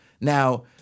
Now